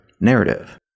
narrative